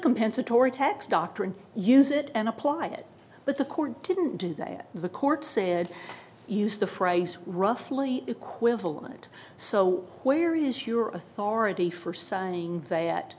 compensatory tax doctrine use it and apply it but the court didn't do that the court said used the phrase roughly equivalent so where is your authority for saying